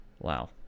Wow